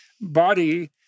body